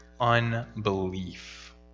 unbelief